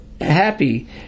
happy